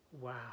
wow